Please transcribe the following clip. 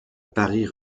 paris